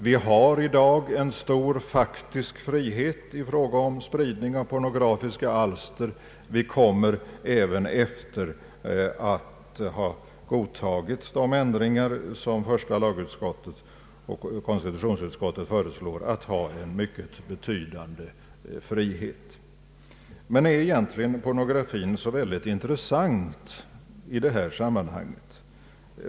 Vi har i dag en stor faktisk frihet i fråga om spridning av pornografiska alster, och vi kommer även efter att ha godtagit de ändringar som första lagutskottet och konstitutionsutskottet föreslår att ha en betydande frihet. Men är egentligen pornografin så intressant i detta sammanhang?